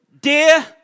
dear